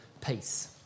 peace